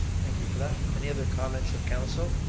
thank you for that. any other comments of council?